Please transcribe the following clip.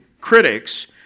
critics